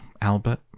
Albert